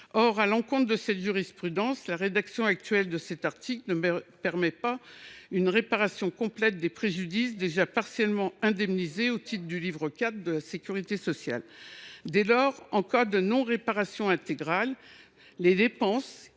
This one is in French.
à rebours de cette jurisprudence, l’article 24 ne permet pas une réparation complète des préjudices déjà partiellement indemnisés au titre du livre IV de la sécurité sociale. Dès lors, en cas de non réparation intégrale, les dépenses